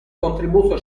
contributo